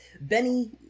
Benny